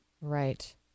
Right